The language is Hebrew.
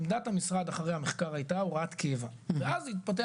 עמדת המשרד אחרי המחקר הייתה הוראת קבע ואז התפתח